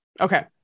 Okay